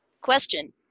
question